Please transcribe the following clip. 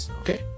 Okay